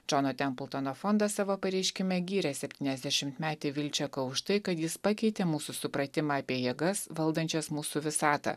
džono templtono fondas savo pareiškime gyrė septyniasdešimtmetį vilčeką už tai kad jis pakeitė mūsų supratimą apie jėgas valdančias mūsų visatą